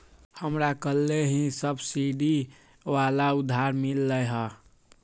हमरा कलेह ही सब्सिडी वाला उधार मिल लय है